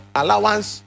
allowance